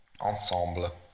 Ensemble